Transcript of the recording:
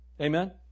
amen